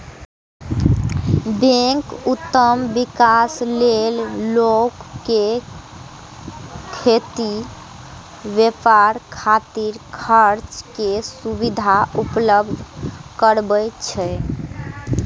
bank उद्यम विकास लेल लोक कें खेती, व्यापार खातिर कर्ज के सुविधा उपलब्ध करबै छै